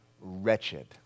wretched